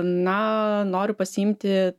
na noriu pasiimti